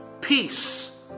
peace